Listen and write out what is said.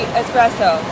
espresso